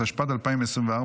התשפ"ד 2024,